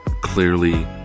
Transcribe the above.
clearly